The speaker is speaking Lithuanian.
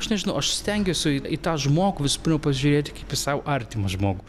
aš nežinau aš stengiuosi į tą žmogų visų pirma pažiūrėti kaip į sau artimą žmogų